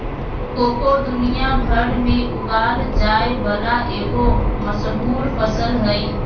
cocoa दुनिया भर में उगाल जाय वला एगो मशहूर फसल हइ